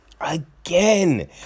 again